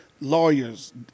lawyers